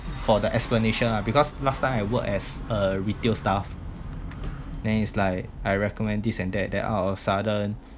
for the explanation lah because last time I work as a retail staff then is like I recommend this and that then out of sudden